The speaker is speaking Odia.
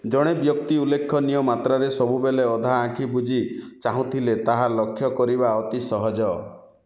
ଜଣେ ବ୍ୟକ୍ତି ଉଲ୍ଲେଖନୀୟ ମାତ୍ରାରେ ସବୁବେଳେ ଅଧା ଆଖି ବୁଜି ଚାହୁଁଥିଲେ ତାହା ଲକ୍ଷ୍ୟ କରିବା ଅତି ସହଜ